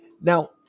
Now